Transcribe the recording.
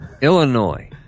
Illinois